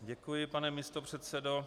Děkuji, pane místopředsedo.